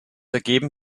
ergeben